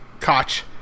Koch